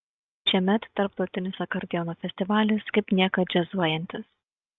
šiemet tarptautinis akordeono festivalis kaip niekad džiazuojantis